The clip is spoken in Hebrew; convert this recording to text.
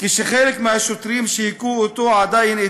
כשחלק מהשוטרים שהכו אותו עדיין אתו.